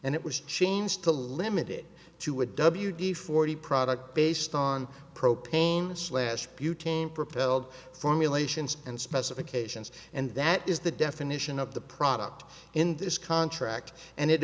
and it was changed to limit it to a w d forty product based on propane slash butane propelled formulations and specifications and that is the definition of the product in this contract and it